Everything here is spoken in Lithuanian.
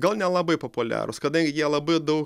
gal nelabai populiarūs kadangi jie labai daug